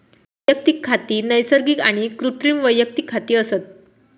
वैयक्तिक खाती नैसर्गिक आणि कृत्रिम वैयक्तिक खाती असत